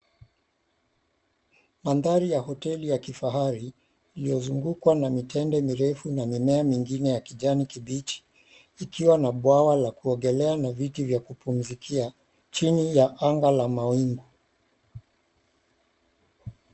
Mandhari ya hoteli ya kifahari, iliyozungukwa na mitende mirefu na mimea mingine ya kijani kibichi, ikiwa na bwawa la kuogelea na viti vya kupumzikia. Chini la anga la mawingu.